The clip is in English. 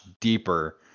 deeper